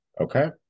Okay